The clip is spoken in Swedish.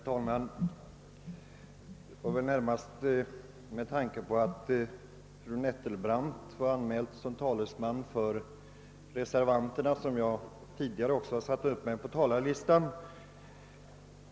Herr talman! Det var närmast med tanke på att fru Nettelbrandt var anmäld som talesman för reservanterna som jag antecknade mig på talarlistan.